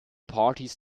parties